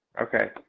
Okay